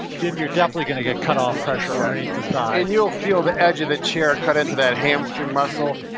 then you're definitely gonna get cut off pressure underneath the thigh. and you'll feel the edge of the chair cut into that hamstring muscle,